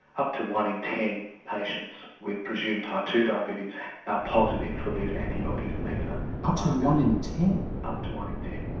up to one in ten patients with presumed type two diabetes are positive for these antibodies. and ah up to one in ten? up to one in ten.